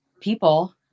people